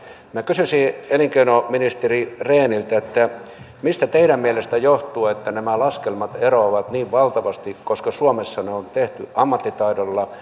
minä kysyisin elinkeinoministeri rehniltä mistä teidän mielestänne johtuu että nämä laskelmat eroavat niin valtavasti koska suomessa ne on tehty ammattitaidolla